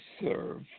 serve